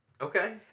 Okay